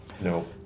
no